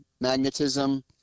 magnetism